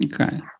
Okay